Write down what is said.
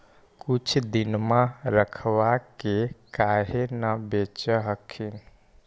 कुछ दिनमा रखबा के काहे न बेच हखिन?